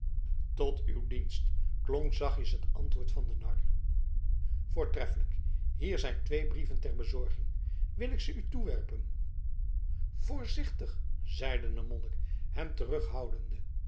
tot uwen dienst klonk zachtjes het antwoord van den nar voortreffelijk hier zijn twee brieven ter bezorging wil ik ze u toewerpen voorzichtig zeide de monnik hem terughoudende